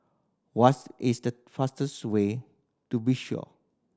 what is the fastest way to Bissau